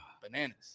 bananas